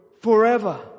forever